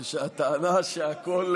ושהטענה שהכול,